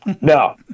no